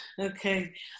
okay